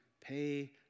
pay